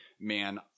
man